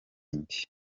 inde